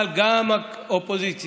אבל גם האופוזיציה